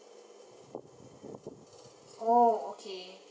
oh okay